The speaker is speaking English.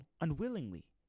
unwillingly